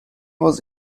was